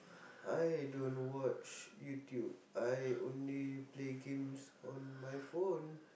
I don't watch YouTube I only play games on my phone